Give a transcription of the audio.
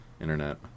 internet